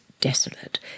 desolate